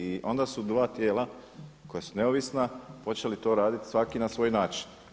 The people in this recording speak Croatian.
I onda su dva tijela koja su neovisna počeli to raditi svaki na svoj način.